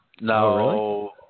No